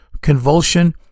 convulsion